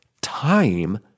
time